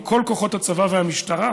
כי כל כוחות הצבא והמשטרה